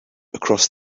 across